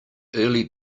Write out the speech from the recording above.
early